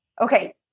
okay